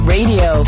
Radio